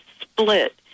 split